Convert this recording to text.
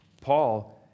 Paul